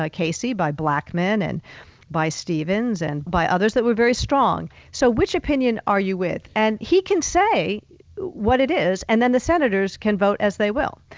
ah casey by blackmun, and by stevens, and by others that were very strong. so which opinion are you with? and he can say what it is, and then the senators can vote as they will.